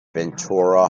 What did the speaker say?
ventura